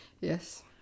Yes